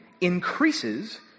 increases